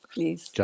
Please